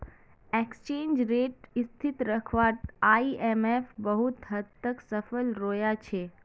exchange rate स्थिर रखवात IMF बहुत हद तक सफल रोया छे